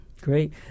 Great